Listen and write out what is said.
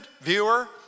viewer